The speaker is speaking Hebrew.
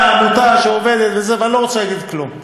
עמותה שעובדת, ואני לא רוצה להגיד כלום.